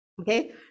okay